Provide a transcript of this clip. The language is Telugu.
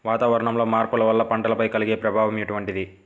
వాతావరణంలో మార్పుల వల్ల పంటలపై కలిగే ప్రభావం ఎటువంటిది?